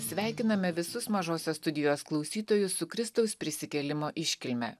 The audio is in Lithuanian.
sveikiname visus mažosios studijos klausytojus su kristaus prisikėlimo iškilme